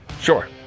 Sure